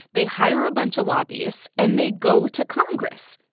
they hire a bunch of lobbyists, and they go to congress.